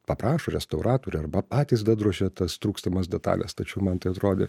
paprašo restauratorių arba patys dadrožia tas trūkstamas detales tačiau man tai atrodė